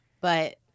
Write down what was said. but-